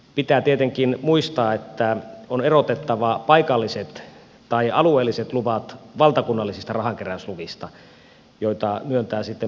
pitää tietenkin muistaa että on erotettava paikalliset tai alueelliset luvat valtakunnallisista rahankeräysluvista joita myöntää sitten poliisihallitus